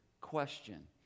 question